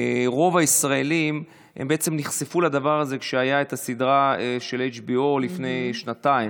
רוב הישראלים בעצם נחשפו לדבר הזה כשהייתה הסדרה של HBO לפני שנתיים,